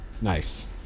Nice